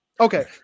okay